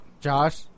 Josh